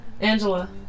angela